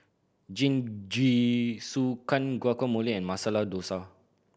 Jingisukan Guacamole and Masala Dosa